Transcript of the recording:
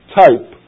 type